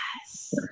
Yes